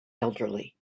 elderly